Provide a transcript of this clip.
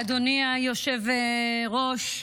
אדוני היושב-ראש,